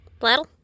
Platel